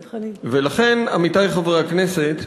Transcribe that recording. חבר הכנסת חנין.